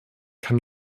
kann